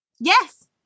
Yes